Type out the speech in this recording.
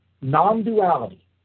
non-duality